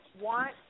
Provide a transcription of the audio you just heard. want